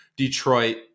Detroit